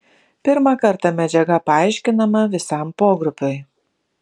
pirmą kartą medžiaga paaiškinama visam pogrupiui